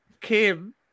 Kim